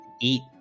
eat